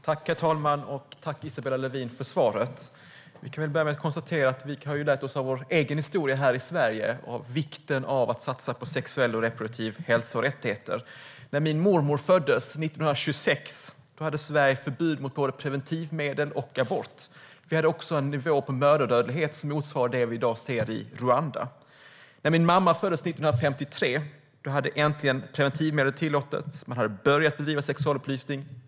Herr talman! Tack, Isabella Lövin, för svaret! Vi kan väl börja med att konstatera att vi av vår egen historia här i Sverige har lärt oss vikten av att satsa på sexuell och reproduktiv hälsa och rättigheter. När min mormor föddes 1926 hade Sverige förbud mot både preventivmedel och abort. Vi hade också en mödradödlighet på en nivå som motsvarar den vi i dag ser i Rwanda. När min mamma föddes 1953 hade man äntligen tillåtit preventivmedel och börjat bedriva sexualupplysning.